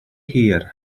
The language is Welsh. hir